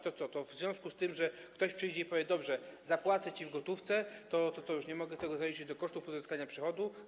To co, to w związku z tym, że ktoś przyjdzie i powie: dobrze, zapłacę ci w gotówce, już nie mogę tego zaliczyć do kosztów uzyskania przychodu?